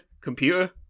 Computer